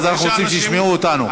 ואז אנחנו רוצים שישמעו אותנו.